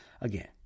Again